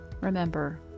Remember